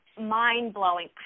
mind-blowing